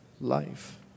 life